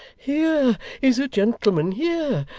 here is a gentleman here,